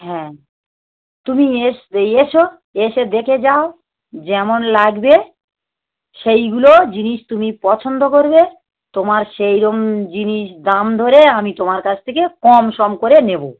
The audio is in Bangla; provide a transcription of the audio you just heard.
হ্যাঁ তুমি এসো এসে দেখে যাও যেমন লাগবে সেইগুলো জিনিস তুমি পছন্দ করবে তোমার সেইরকম জিনিস দাম ধরে আমি তোমার কাছ থেকে কম সম করে নেবো